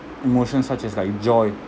emotions such as like joy